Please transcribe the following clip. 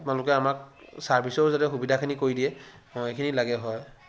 আপোনালোকে আমাক চাৰ্ভিছো যাতে সুবিধাখিনি কৰি দিয়ে এইখিনি লাগে হয়